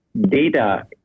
data